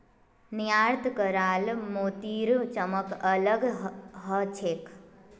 निर्यात कराल मोतीर चमक अलग ह छेक